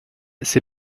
ses